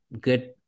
good